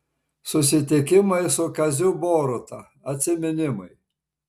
susitikimai su kaziu boruta atsiminimai